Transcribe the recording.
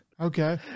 okay